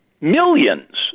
Millions